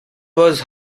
was